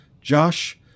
Josh